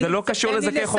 זה לא קשור לזכאי חוק השבות.